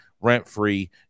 rent-free